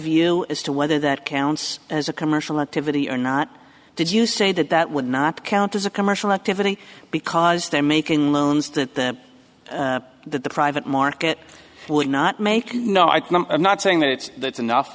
view as to whether that counts as a commercial activity or not did you say that that would not count as a commercial activity because they're making loans to the private market would not make no i'm not saying that it's enough